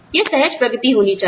यह सहज प्रगति होनी चाहिए